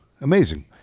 Amazing